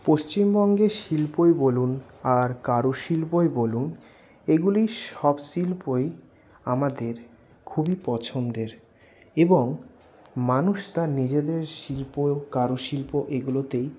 পশ্চিমবঙ্গের শিল্পই বলুন আর কারু শিল্পই বলুন এগুলি সব শিল্পই আমাদের খুবই পছন্দের এবং মানুষ তার নিজেদের শিল্প কারুশিল্প এগুলোতেই